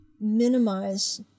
minimize